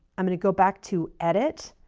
i'm going to go back to edit.